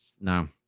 no